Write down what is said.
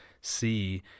see